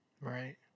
Right